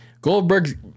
Goldberg